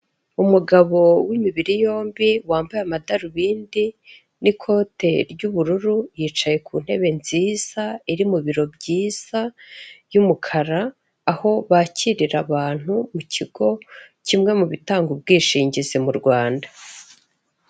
Umugabo w'imibiri yombi wambaye amadarubindi n'ikote ry'ubururu yicaye ku ntebe nziza iri mu biro byiza y'umukara, aho bakirira abantu mu kigo kimwe mu bitanga ubwishingizi mu Rwanda.